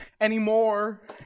anymore